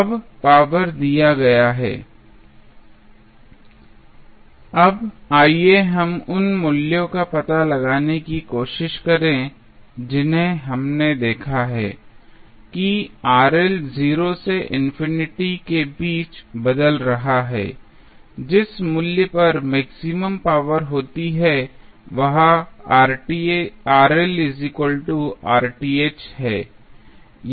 अब पावर दिया गया है अब आइए हम उन मूल्यों का पता लगाने की कोशिश करें जिन्हें हमने देखा है कि 0 से इन्फिनिटी के बीच बदल रहा है जिस मूल्य पर मैक्सिमम पावर होती है वह है